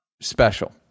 special